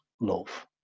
love